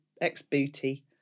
ex-booty